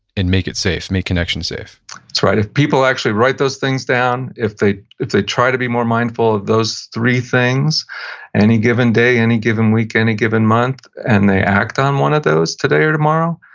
and make it safe, make connections safe that's right. if people actually write those things down, if they if they try to be more mindful of those three things and any given day, any given week, any given month, and they act on one of those today or tomorrow,